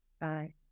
Bye